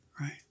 right